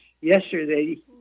Yesterday